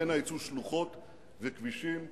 שממנה יצאו שלוחות וכבישים,